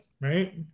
right